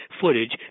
footage